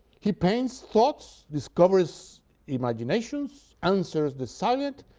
he paints thoughts, discovers imaginations, answers the silent,